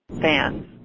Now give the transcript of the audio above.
fans